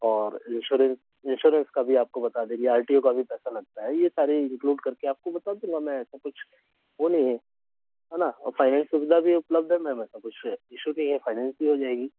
और insurance insurance का भी आपको बता देंगे आर टी ओ का भी अभी पैसा लगता है ये सारी इंक्लूड कर के आपको बता दूँगा मैं ऐसा कुछ वह नहीं है है ना और फाइनेंस सुविधा भी उपलब्ध है मैम ऐसा कुछ इशू नहीं है फ़ाइनेंस भी हो जाएगी